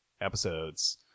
episodes